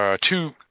two